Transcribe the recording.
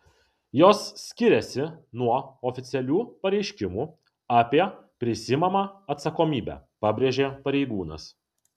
jos skiriasi nuo oficialių pareiškimų apie prisiimamą atsakomybę pabrėžė pareigūnas